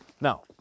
Now